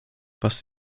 was